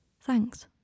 Thanks